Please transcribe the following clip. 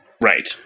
Right